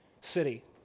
city